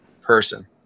person